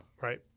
Right